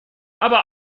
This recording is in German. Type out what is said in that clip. aber